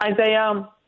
Isaiah